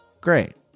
great